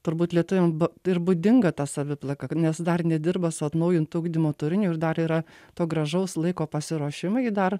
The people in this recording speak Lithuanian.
turbūt lietuviam ir būdinga ta saviplaka ka nes dar nedirba su atnaujintu ugdymo turiniu ir dar yra to gražaus laiko pasiruošimui dar